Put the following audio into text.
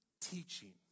teaching